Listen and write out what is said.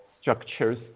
structures